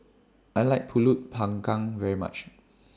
I like Pulut Panggang very much